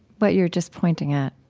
what you're just pointing at.